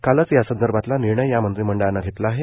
कालच या संदर्भातला निर्णय या मंत्रिमंडळानं घेतला आहे